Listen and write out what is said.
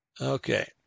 Okay